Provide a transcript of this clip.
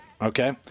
Okay